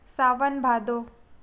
सावन भादो